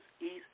East